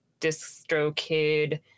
DistroKid